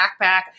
backpack